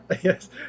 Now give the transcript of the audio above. Yes